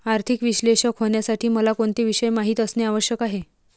आर्थिक विश्लेषक होण्यासाठी मला कोणते विषय माहित असणे आवश्यक आहे?